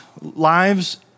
lives